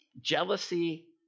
jealousy